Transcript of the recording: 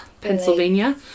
Pennsylvania